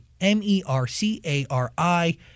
M-E-R-C-A-R-I